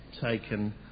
taken